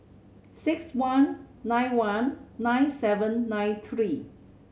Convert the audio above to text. six one nine one nine seven nine three